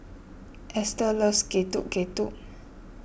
ester loves Getuk Getuk